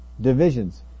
divisions